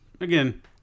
again